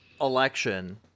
election